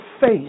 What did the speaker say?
faith